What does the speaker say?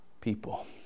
people